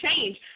change